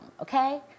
okay